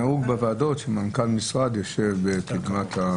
נהוג בוועדות שמנכ"ל המשרד יושב כאן.